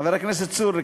חבר הכנסת צור,